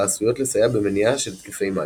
העשויות לסייע במניעה של התקפי מאניה.